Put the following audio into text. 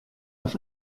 auf